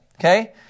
Okay